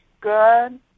good